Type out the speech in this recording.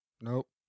Nope